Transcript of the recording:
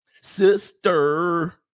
Sister